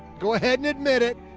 go ahead and admit it.